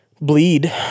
bleed